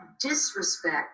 disrespect